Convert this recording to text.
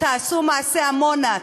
תעשו מעשה עמונה,